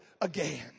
again